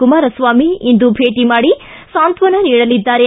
ಕುಮಾರಸ್ವಾಮಿ ಇಂದು ಭೇಟಿ ಮಾಡಿ ಸಾಂತ್ವನ ಹೇಳಲಿದ್ದಾರೆ